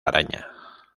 araña